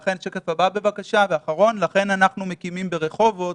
לכן שקף הבא ואחרון אנחנו מקימים ברחובות,